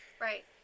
Right